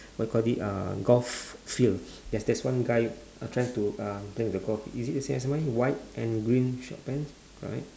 what you call it uh golf field there's there's one guy trying to uh play the golf is it same as mine white and green short pants correct